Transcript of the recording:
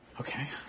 Okay